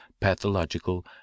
pathological